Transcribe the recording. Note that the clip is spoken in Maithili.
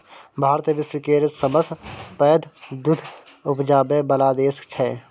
भारत विश्व केर सबसँ पैघ दुध उपजाबै बला देश छै